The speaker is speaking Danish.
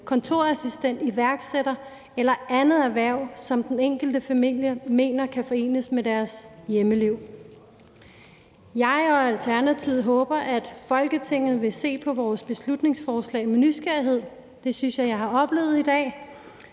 kontorassistent, iværksætter eller andet erhverv, som den enkelte familie mener kan forenes med deres hjemmeliv. Kl. 19:11 Jeg og Alternativet håber, at Folketinget vil se på vores beslutningsforslag med nysgerrighed. Det synes jeg at jeg har oplevet i dag,